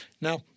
Now